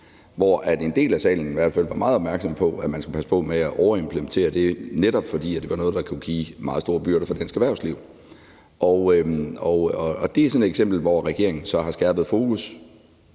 fald en del af salen var meget opmærksom på, at man skulle passe på med at overimplementere det, netop fordi det var noget, der kunne give meget store byrder for dansk erhvervsliv. Det er sådan et eksempel, hvor regeringen så har skærpet fokus.